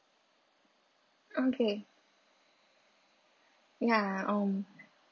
okay ya um